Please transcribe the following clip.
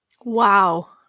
Wow